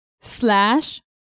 slash